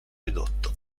ridotto